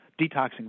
detoxing